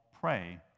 pray